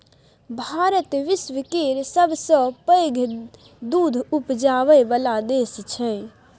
भारत विश्व केर सबसँ पैघ दुध उपजाबै बला देश छै